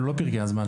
אלה לא פרקי הזמן.